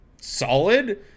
solid